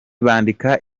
bandika